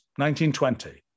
1920